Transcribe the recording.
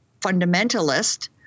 fundamentalist